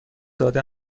داده